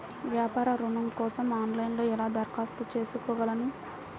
వ్యాపార ఋణం కోసం ఆన్లైన్లో ఎలా దరఖాస్తు చేసుకోగలను?